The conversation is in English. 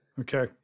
Okay